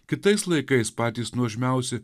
kitais laikais patys nuožmiausi